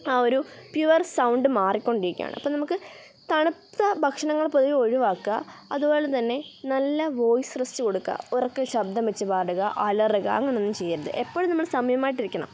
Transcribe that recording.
ആ ഒരു pure sound മാറിക്കൊണ്ടിരിക്കുകയാണ് അപ്പം നമുക്കു തണുത്ത ഭക്ഷണങ്ങൾ പൊതുവെ ഒഴിവാക്കുക അതുപോലെ തന്നെ നല്ല വോയിസ് റെസ്റ്റ് കൊടുക്കുക ഉറക്കെ ശബ്ദം വെച്ചു പാടുക അലറുക അങ്ങനെയൊന്നും ചെയ്യരുത് എപ്പോഴും നമ്മൾ സൗമ്യമായിട്ടിരിക്കണം